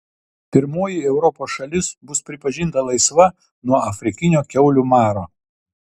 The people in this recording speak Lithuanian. pirmoji europos šalis bus pripažinta laisva nuo afrikinio kiaulių maro